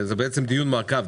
זה בעצם דיון מעקב,